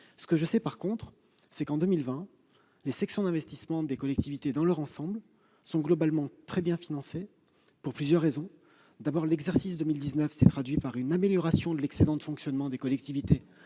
rentrée. Je sais, en revanche, qu'en 2020 les sections d'investissement des collectivités dans leur ensemble sont globalement très bien financées, et cela pour plusieurs raisons. Tout d'abord, l'exercice 2019 s'est traduit par une amélioration de l'excédent de fonctionnement des collectivités,